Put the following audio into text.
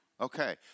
Okay